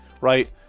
right